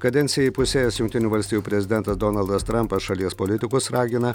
kadenciją įpusėjęs jungtinių valstijų prezidentas donaldas trampas šalies politikus ragina